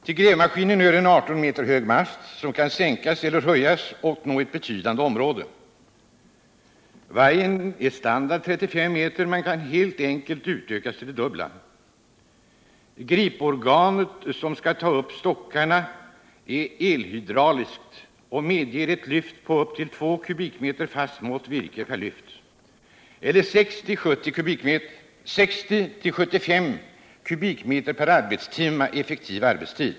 Till grävmaskinen hör en 18 m hög mast, som kan sänkas eller höjas och nå ett betydande område. Vajern är standard 35 m men kan enkelt utökas till det dubbla. Griporganet, som skall ta upp stockarna, är el-hydrauliskt och medger ett lyft på upp till 2 m? fast mått virke per lyft eller 60-75 m? per arbetstimme effektiv arbetstid.